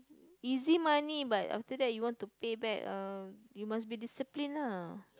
easy money but after that you want to pay back uh you must be discipline lah